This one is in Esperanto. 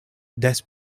des